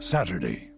Saturday